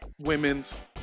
Women's